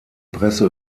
presse